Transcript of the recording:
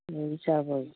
यही सब है